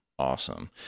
awesome